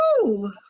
cool